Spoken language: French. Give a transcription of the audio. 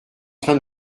train